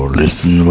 listen